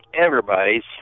everybody's